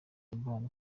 umubano